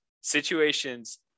situations